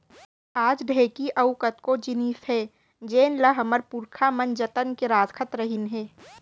आज ढेंकी अउ कतको जिनिस हे जेन ल हमर पुरखा मन जतन के राखत रहिन हे